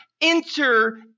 enter